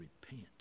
repent